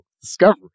Discovery